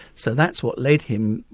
so that's what led him,